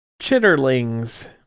Chitterlings